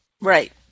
Right